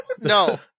no